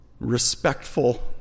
Respectful